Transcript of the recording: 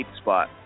spot